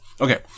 Okay